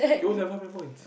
your own have how many points